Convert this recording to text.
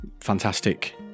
fantastic